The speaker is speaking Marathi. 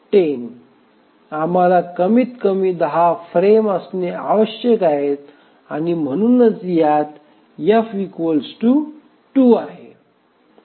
आम्हाला कमीतकमी 10 फ्रेम आवश्यक आहेत आणि म्हणूनच यात F 2 आहे